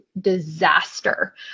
disaster